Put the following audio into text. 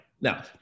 Now